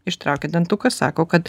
ištraukia dantuką sako kad